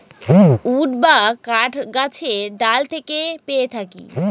would বা কাঠ গাছের ডাল থেকে পেয়ে থাকি